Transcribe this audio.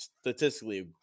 statistically